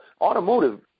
automotive